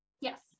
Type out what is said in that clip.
Yes